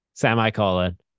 Semicolon